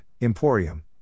Emporium